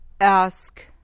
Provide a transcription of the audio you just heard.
Ask